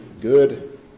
Good